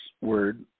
word